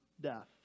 death